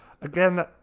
again